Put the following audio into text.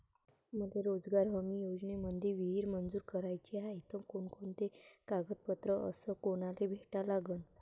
मले रोजगार हमी योजनेमंदी विहीर मंजूर कराची हाये त कोनकोनते कागदपत्र अस कोनाले भेटा लागन?